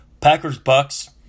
Packers-Bucks